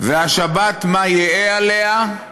והשבת, מה יהא עליה?